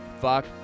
fuck